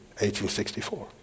1864